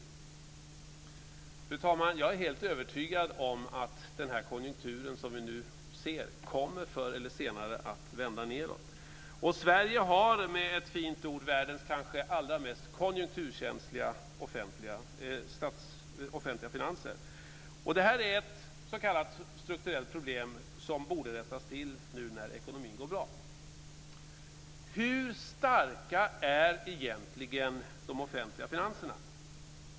Fru talman! Jag är helt övertygad om att den konjunktur som vi nu ser förr eller senare kommer att vända nedåt. Sverige har, fint uttryckt, världens kanske allra mest konjunkturkänsliga offentliga finanser. Det här är ett s.k. strukturellt problem som borde rättas till nu när ekonomin går bra. Hur starka är egentligen de offentliga finanserna?